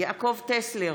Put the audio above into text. יעקב טסלר,